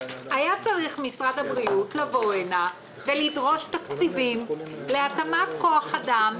היה צריך משרד הבריאות לבוא הנה ולדרוש תקציבים להתאמת כוח אדם,